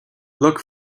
look